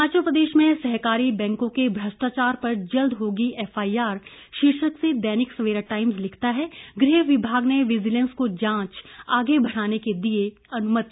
हिमाचल प्रदेश में सहकारी बैंकों के भ्रष्टाचार पर जल्द होगी एफआईआर शीर्षक से दैनिक सवेरा टाइम्स लिखता है गृह विभाग ने विजीलेंस को जांच आगे बढ़ाने के लिये दी अनुमति